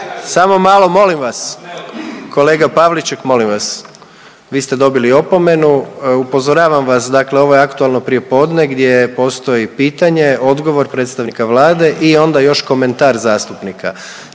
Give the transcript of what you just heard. Samo malo molim vas! Kolega Pavliček molim vas! Vi ste dobili opomenu. Upozoravam vas, dakle ovo je aktualno prijepodne gdje postoji pitanje, odgovor predstavnika Vlade i onda još komentar zastupnika.